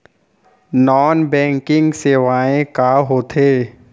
non banking सेवाएं का होथे